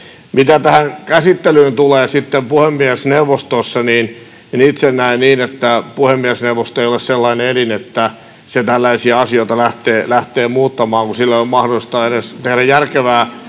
sitten tähän käsittelyyn puhemiesneuvostossa, niin itse näen niin, että puhemiesneuvosto ei ole sellainen elin, että se tällaisia asioita lähtee muuttamaan, kun sillä ei ole mahdollisuutta edes tehdä järkevää